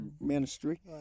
ministry